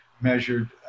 measured